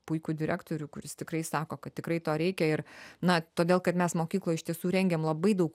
puikų direktorių kuris tikrai sako kad tikrai to reikia ir na todėl kad mes mokykloj iš tiesų rengiam labai daug